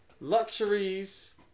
luxuries